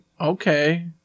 okay